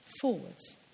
forwards